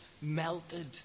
melted